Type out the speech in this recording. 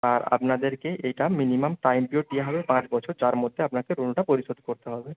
আর আপনাদেরকে এইটা minimum time period দেওয়া হবে পাঁচ বছর যার মধ্যে আপনাকে লোনটা পরিশোধ করতে হবে